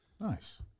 Nice